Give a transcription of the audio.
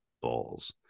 balls